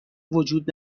وجود